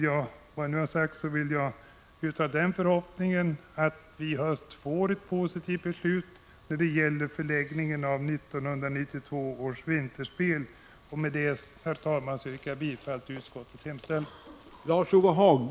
Jag hyser förhoppningen att vi i höst får ett positivt beslut när det gäller förläggningen av 1992 års olympiska vinterspel. Herr talman! Med det anförda yrkar jag bifall till utskottets hemställan.